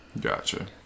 Gotcha